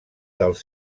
dels